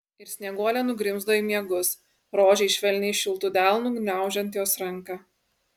ir snieguolė nugrimzdo į miegus rožei švelniai šiltu delnu gniaužiant jos ranką